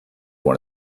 one